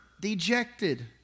dejected